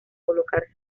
colocar